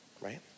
right